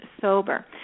sober